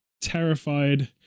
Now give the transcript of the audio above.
terrified